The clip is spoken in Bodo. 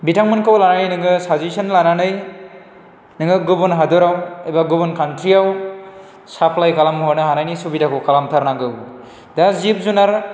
बिथांमोनखौ लानानै नोङो साजेसन लानानै नोङो गुबुन हादोराव एबा गुबुन खान्थ्रियाव साफ्लाय खालाम हरनो हानायनि सुबिदाफोरखौ खालाम थारनांगौ दा जिब जुनार